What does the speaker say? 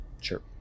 sure